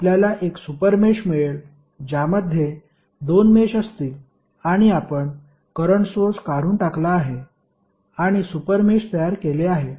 आपल्याला एक super mesh मिळेल ज्यामध्ये दोन मेष असतील आणि आपण करंट सोर्स काढून टाकला आहे आणि सुपर मेष तयार केले आहे